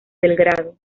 belgrado